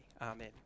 Amen